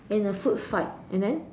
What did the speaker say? in a food fight and then